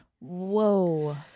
Whoa